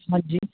ਹਾਂਜੀ